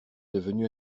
devenu